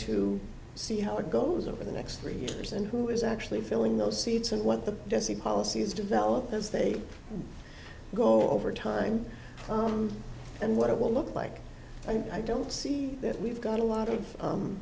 to see how it goes over the next three years and who is actually filling those seats and what the does the policies develop as they go over time and what it will look like and i don't see that we've got a lot of